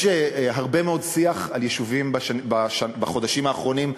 יש הרבה מאוד שיח על יישובים בחודשים האחרונים,